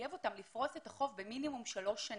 מחייב אותם לפרוס את החוב במינימום שלוש שנים.